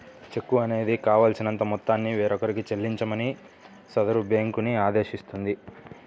చెక్కు అనేది కావాల్సినంత మొత్తాన్ని వేరొకరికి చెల్లించమని సదరు బ్యేంకుని ఆదేశిస్తుంది